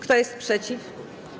Kto jest przeciw?